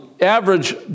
average